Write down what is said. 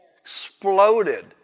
Exploded